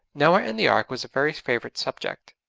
noah and the ark was a very favourite subject.